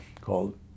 called